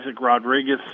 Rodriguez